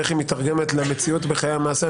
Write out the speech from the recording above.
איך היא מתרגמת למציאות בחיי המעשה,